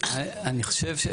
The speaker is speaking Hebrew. אני חושב,